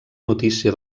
notícia